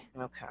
Okay